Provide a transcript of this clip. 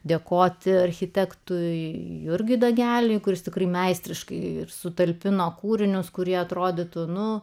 dėkoti architektui jurgiui dageliui kuris tikrai meistriškai sutalpino kūrinius kurie atrodytų nu